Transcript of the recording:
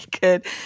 good